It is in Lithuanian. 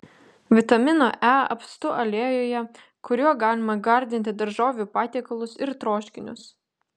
vitamino e apstu aliejuje kuriuo galima gardinti daržovių patiekalus ir troškinius